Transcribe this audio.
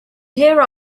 here